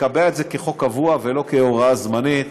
לקבע את זה כחוק קבוע ולא כהוראה זמנית.